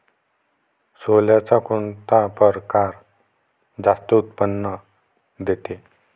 सोल्याचा कोनता परकार जास्त उत्पन्न देते?